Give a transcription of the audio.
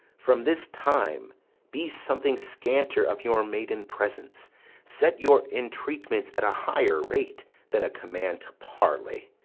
from this time be something scanter of your maiden presence set your entreatments at a higher rate than a command to parley.